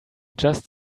just